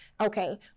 okay